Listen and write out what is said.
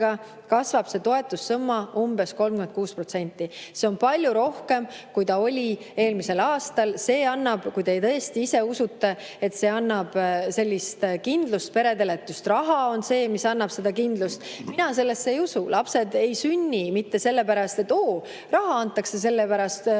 kasvab see toetussumma umbes 36%. See on palju rohkem, kui ta oli eelmisel aastal. See annab – kui te tõesti ise nii usute – kindlust peredele, kui just raha on see, mis annab kindlust. Mina sellesse ei usu. Lapsed ei sünni mitte sellepärast, et oo, raha antakse rohkem,